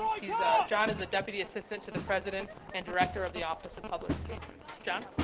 he's jon is a deputy assistant to the president and director of the office of public engagement. jon?